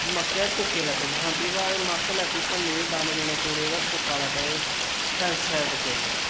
मक्के दे तुक्के लैते बरसांती दी ब्हार असें कीता मक्क लैती भन्नी दाने दूने कोड़े ओह्दा तुक्क लैता ते साइलेंसरे च तुक्के फसाई ओड़े